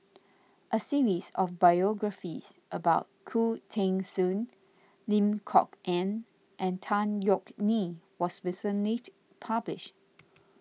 a series of biographies about Khoo Teng Soon Lim Kok Ann and Tan Yeok Nee was recently published